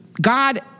God